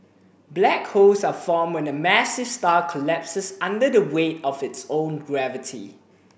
black holes are formed when a massive star collapses under the weight of its own gravity